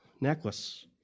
necklace